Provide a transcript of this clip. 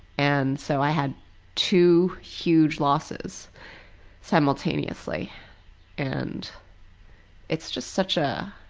and so i had two huge loses simultaneously and it's just such a,